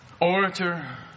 orator